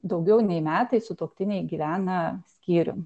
daugiau nei metai sutuoktiniai gyvena skyrium